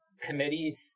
committee